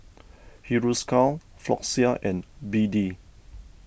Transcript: Hiruscar Floxia and B D